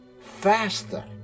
faster